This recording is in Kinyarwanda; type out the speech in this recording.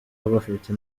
bafite